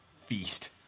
feast